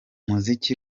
muziki